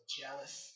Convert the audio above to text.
jealous